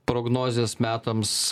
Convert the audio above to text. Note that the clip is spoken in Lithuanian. prognozės metams